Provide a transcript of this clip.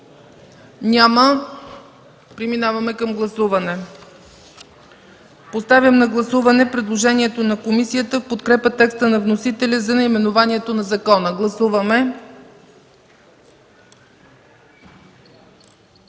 Няма. Преминаваме към гласуване. Поставям на гласуване предложението на комисията в подкрепа текста на вносителя за наименованието на закона. Гласували